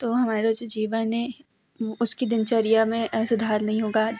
तो हमारा जो जीवन है उसकी दिनचर्या में सुधार नहीं होगा